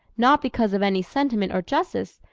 not because of any sentiment or justice,